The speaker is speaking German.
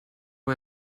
nur